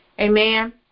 Amen